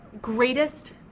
greatest